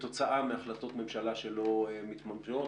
כתוצאה מהחלטות ממשלה שלא מתממשות,